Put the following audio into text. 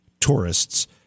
tourists